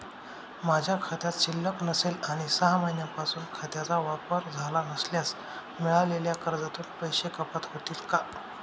माझ्या खात्यात शिल्लक नसेल आणि सहा महिन्यांपासून खात्याचा वापर झाला नसल्यास मिळालेल्या कर्जातून पैसे कपात होतील का?